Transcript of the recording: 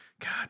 God